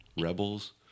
Rebels